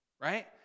right